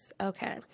Okay